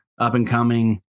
up-and-coming